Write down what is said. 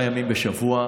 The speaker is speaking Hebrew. בשבוע.